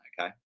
okay